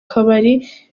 kabari